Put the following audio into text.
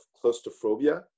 claustrophobia